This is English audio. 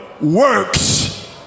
works